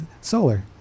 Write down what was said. solar